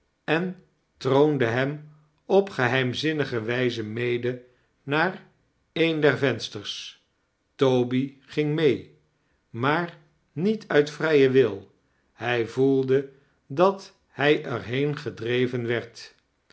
en troonde hem op geheimzinnige wijze mede naar een der vensters toby ging mee maar niet uit vrijen wil hij voelde dat hij er heen gedreven werd